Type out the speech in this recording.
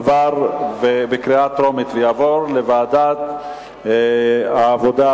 עברה בקריאה טרומית ותעבור לוועדת העבודה,